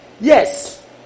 yes